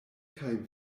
kaj